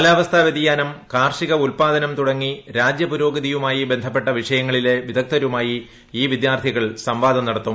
കാലാവസ്ഥാ വ്യതിയാനം കാർഷിക ഉൽപാദ്നം തുടങ്ങി രാജ്യ പുരോഗതിയുമായി ബന്ധപ്പെട്ട വിഷയങ്ങളിലെ വിദഗ്ധരുമായി ഈ വിദ്യാർത്ഥികൾ സംവാദം നടത്തും